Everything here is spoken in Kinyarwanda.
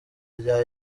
rya